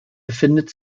befindet